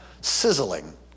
sizzling